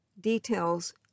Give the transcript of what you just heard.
details